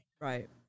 Right